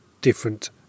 different